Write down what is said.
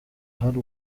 hari